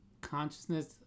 Consciousness